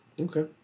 okay